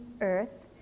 earth